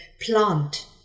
plant